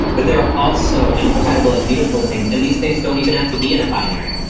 but there are also incredible and beautiful things. and these things don't even have to be in a binary.